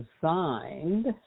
designed